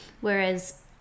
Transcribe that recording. Whereas